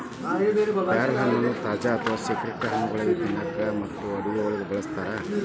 ಪ್ಯಾರಲಹಣ್ಣಗಳನ್ನ ತಾಜಾ ಅಥವಾ ಶೇಖರಿಸಿಟ್ಟ ಹಣ್ಣುಗಳಾಗಿ ತಿನ್ನಾಕ ಮತ್ತು ಅಡುಗೆಯೊಳಗ ಬಳಸ್ತಾರ